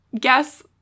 guess